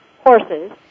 horses